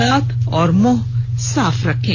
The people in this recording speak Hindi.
हाथ और मुंह साफ रखें